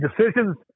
decisions